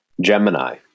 Gemini